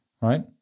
Right